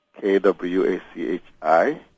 K-W-A-C-H-I